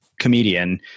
comedian